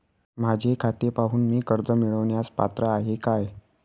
माझे खाते पाहून मी कर्ज मिळवण्यास पात्र आहे काय?